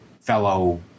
fellow